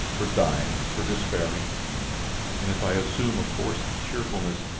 for dying, for despairing? and if i assume a forced cheerfulness,